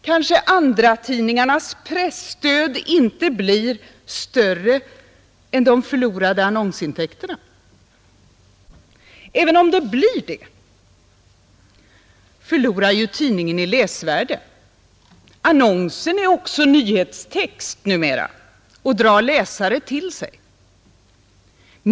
Kanske andratidningarnas presstöd inte blir större än de förlorade annonsintäkterna. Och även om det blir det förlorar ju tidningen i läsvärde. Annonsen är också nyhetstext numera och drar läsare till sig.